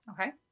Okay